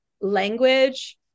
language